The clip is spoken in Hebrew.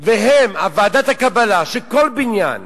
והם, ועדת הקבלה של כל הבניין,